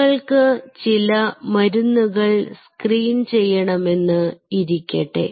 നിങ്ങൾക്ക് ചില മരുന്നുകൾ സ്ക്രീൻ ചെയ്യണമെന്ന് ഇരിക്കട്ടെ